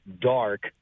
dark